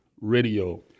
radio